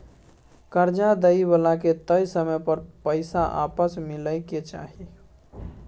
कर्जा दइ बला के तय समय पर पैसा आपस मिलइ के चाही